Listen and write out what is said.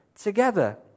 together